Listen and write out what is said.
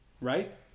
right